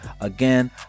Again